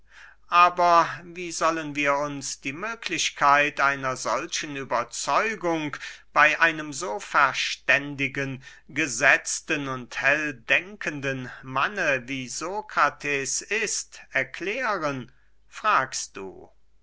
aber wie sollen wir uns die möglichkeit einer solchen überzeugung bey einem so verständigen gesetzten und helldenkenden manne wie sokrates ist erklären fragst du